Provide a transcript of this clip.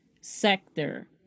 sector